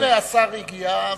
הנה השר הגיע.